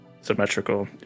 symmetrical